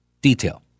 detail